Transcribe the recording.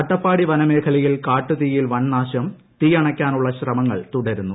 അട്ടപ്പാടി വനമേഖലയിൽ കാട്ടുതീയിൽ വൻനാശം തീയണയ്ക്കാനുളള ശ്രമങ്ങൾ തുടരുന്നു